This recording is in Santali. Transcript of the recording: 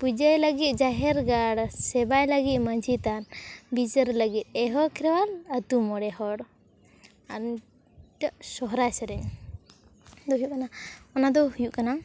ᱯᱩᱡᱟᱹᱭ ᱞᱟᱹᱜᱤᱫ ᱡᱟᱦᱮᱨᱜᱟᱲ ᱥᱮᱵᱟᱭ ᱞᱟᱹᱜᱤᱫ ᱢᱟᱹᱡᱷᱤ ᱛᱷᱟᱱ ᱵᱤᱪᱟᱹᱨ ᱞᱟᱹᱜᱤᱫ ᱮᱦᱳ ᱠᱷᱮᱨᱳᱣᱟᱞ ᱟᱹᱛᱩ ᱢᱚᱬᱮ ᱦᱚᱲ ᱟᱨ ᱱᱤᱛᱚᱜ ᱥᱚᱨᱦᱟᱭ ᱥᱮᱨᱮᱧ ᱫᱚ ᱦᱩᱭᱩᱜ ᱠᱟᱱᱟ ᱚᱱᱟ ᱫᱚ ᱦᱩᱭᱩᱜ ᱠᱟᱱᱟ